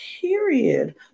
period